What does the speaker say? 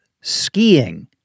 skiing